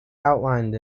outlined